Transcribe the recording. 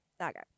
okay